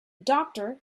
doctor